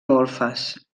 golfes